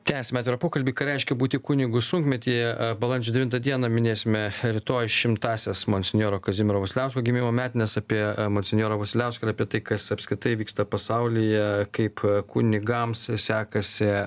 tęsiame atvirą pokalbį ką reiškia būti kunigu sunkmetyje balandžio devintą dieną minėsime rytoj šimtąsias monsinjoro kazimiero vasiliausko gimimo metines apie monsinjorą vasiliauską ir apie tai kas apskritai vyksta pasaulyje kaip kunigams sekasi